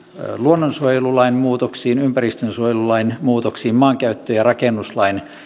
luonnonsuojelulain muutoksiin ympäristönsuojelulain muutoksiin maankäyttö ja rakennuslain